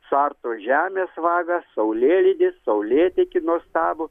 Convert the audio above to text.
suartos žemės vagą saulėlydį saulėtekį nuostabų